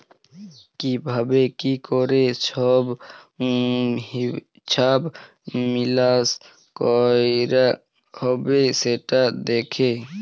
কি ভাবে কি ক্যরে সব হিছাব মিকাশ কয়রা হ্যবে সেটা দ্যাখে